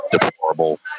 deplorable